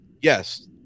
Yes